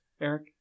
Eric